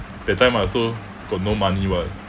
that time I also got no money [what]